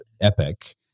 Epic